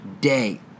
day